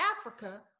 Africa